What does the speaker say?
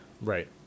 Right